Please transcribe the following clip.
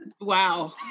wow